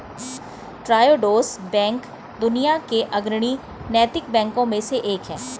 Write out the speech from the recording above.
Triodos bank दुनिया के अग्रणी नैतिक बैंकों में से एक है